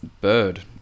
bird